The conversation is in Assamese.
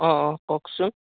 অ' অ' কওকচোন